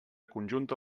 conjunta